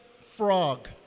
frog